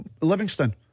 Livingston